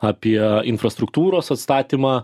apie infrastruktūros atstatymą